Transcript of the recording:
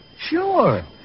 Sure